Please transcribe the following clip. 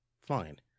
fine